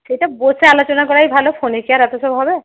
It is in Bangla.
সেটা বসে আলোচনা করাই ভালো ফোনে কি আর অত সব হবে